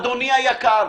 אדוני היקר,